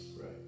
right